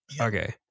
Okay